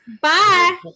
Bye